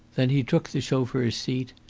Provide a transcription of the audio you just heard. then he took the chauffeur's seat,